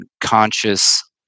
conscious